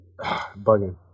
Bugging